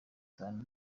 itanu